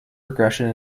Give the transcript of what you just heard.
regression